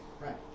Right